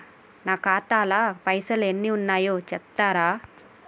నా ఖాతా లా పైసల్ ఎన్ని ఉన్నాయో చెప్తరా?